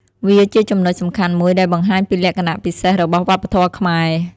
វាជាចំណុចសំខាន់មួយដែលបង្ហាញពីលក្ខណៈពិសេសរបស់វប្បធម៌ខ្មែរ។